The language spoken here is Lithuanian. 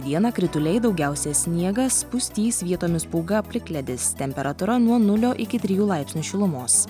dieną krituliai daugiausia sniegas pustys vietomis pūga plikledis temperatūra nuo nulio iki trijų laipsnių šilumos